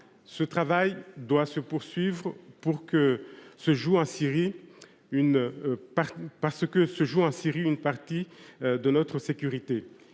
Ce travail doit se poursuivre parce qu’en Syrie se joue une partie de notre sécurité.